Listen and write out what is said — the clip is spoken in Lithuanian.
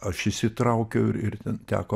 aš įsitraukiau ir ten teko